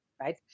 right